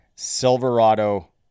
Silverado